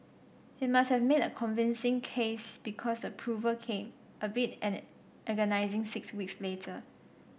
he must have made a convincing case because the approval came albeit an agonising six weeks later